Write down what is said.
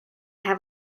have